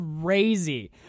crazy